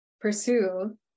pursue